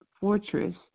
fortress